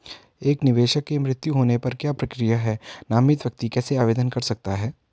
एक निवेशक के मृत्यु होने पर क्या प्रक्रिया है नामित व्यक्ति कैसे आवेदन कर सकता है?